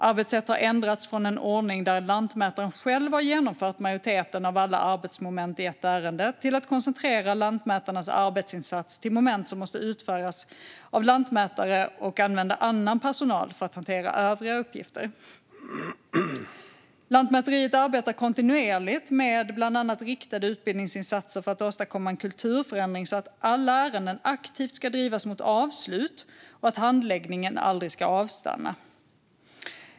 Arbetssätt har ändrats från en ordning där lantmätaren själv har genomfört majoriteten av alla arbetsmoment i ett ärende till en där lantmätarnas arbetsinsats koncentreras till moment som måste utföras av lantmätare och annan personal hanterar övriga uppgifter. Lantmäteriet arbetar kontinuerligt med bland annat riktade utbildningsinsatser för att åstadkomma en kulturförändring så att alla ärenden aktivt ska drivas mot avslut och handläggningen aldrig ska avstanna.